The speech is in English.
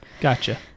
Gotcha